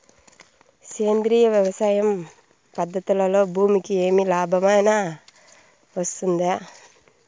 సేంద్రియ వ్యవసాయం పద్ధతులలో భూమికి ఏమి లాభమేనా వస్తుంది?